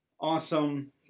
awesome